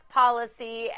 policy